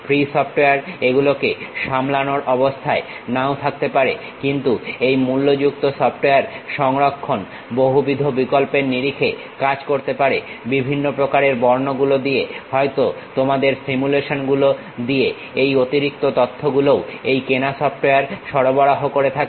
free software এগুলোকে সামলানোর অবস্থায় নাও থাকতে পারে কিন্তু এই মূল্য যুক্ত সফটওয়্যার সংরক্ষণ বহুবিধ বিকল্পের নিরিখে কাজ করতে পারে বিভিন্ন প্রকারের বর্ণ গুলো দিয়ে হয়তো তোমাদের সিমুলেশন গুলো দিয়ে এই অতিরিক্ত তথ্যগুলোও এই কেনা সফটওয়্যার সরবরাহ করে থাকে